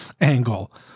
angle